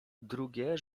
drugie